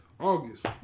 August